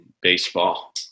baseball